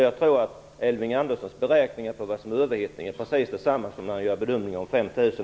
Jag tror att Elving Anderssons beräkningar på vad som är överhettning är precis desamma som när han gör bedömningen om 5 000